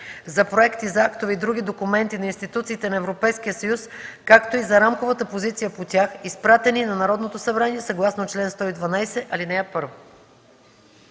за проекти за актове и други документи на институциите на Европейския съюз, както и за рамковата позиция по тях, изпратени на Народното събрание съгласно чл. 112, ал. 1.”